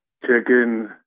chicken